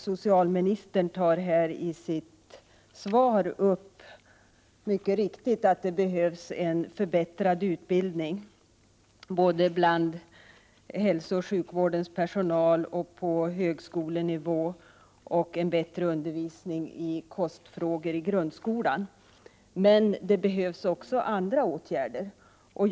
Socialministern säger i sitt svar mycket riktigt att det behövs en förbättrad utbildning både bland hälsooch sjukvårdens personal och på högskolenivå, samt en bättre undervisning i kostfrågor i grundskolan. Men också andra åtgärder behöver vidtas.